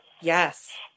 Yes